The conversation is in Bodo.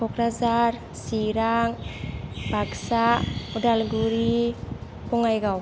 क'क्राझार चिरां बाक्सा उदालगुरि बङाइगाव